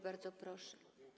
Bardzo proszę.